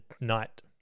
night